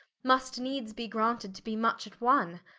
must needes be graunted to be much at one.